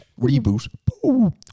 reboot